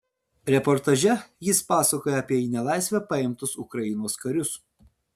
reportaže jis pasakoja apie į nelaisvę paimtus ukrainos karius